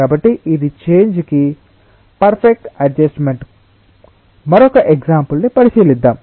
కాబట్టి ఇది చేంజ్ కి పర్ఫెక్ట్ అడ్జస్ట్ మెంట్ మరొక ఎగ్సాంపుల్ ని పరిశీలిద్దాం